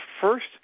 first